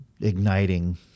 igniting